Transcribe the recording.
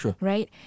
right